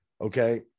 Okay